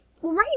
right